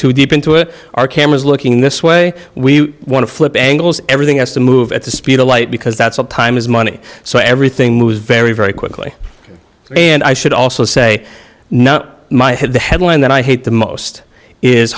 too deep into it our cameras looking this way we want to flip angles everything has to move at the speed of light because that's all time is money so everything moves very very quickly and i should also say now my head the headline that i hate the most is